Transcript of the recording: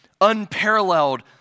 unparalleled